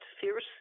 fierce